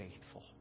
faithful